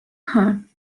her